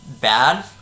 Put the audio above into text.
Bad